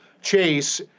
Chase